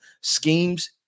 schemes